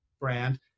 brand